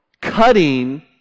cutting